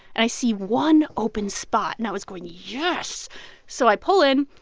and i see one open spot. and i was going, yes so i pull in.